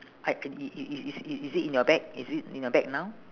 I uh it it it is is is it in your bag is it in your bag now